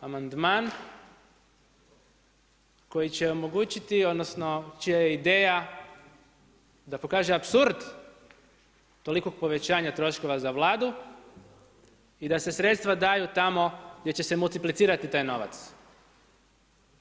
Amandman koji će omogućiti, odnosno čija je ideja da pokaže apsurd tolikog povećanja troškova za Vladu i da se sredstva daju tamo gdje se će multiplicirati taj novac,